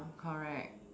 correct